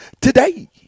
today